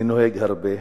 אני נוהג הרבה,